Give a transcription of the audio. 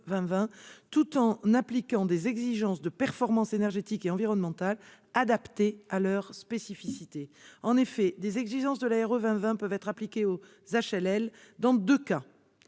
tout en appliquant des exigences de performance énergétique et environnementale adaptées à leurs spécificités. Des adaptations des exigences de la RE2020 peuvent ainsi être appliquées aux HLL dans deux cas.